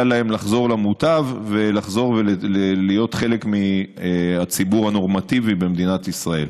להם לחזור למוטב ולחזור להיות חלק מהציבור הנורמטיבי במדינת ישראל.